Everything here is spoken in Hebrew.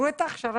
הקהילה.